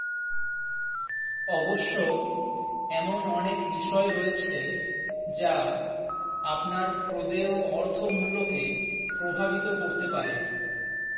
অবশ্য এমন অনেক বিষয় রয়েছে যা আপনার প্রদেয় অর্থ মূল্যকে প্রভাবিত করতে পারে